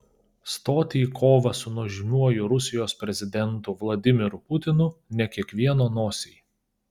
stoti į kovą su nuožmiuoju rusijos prezidentu vladimiru putinu ne kiekvieno nosiai